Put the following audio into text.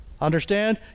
Understand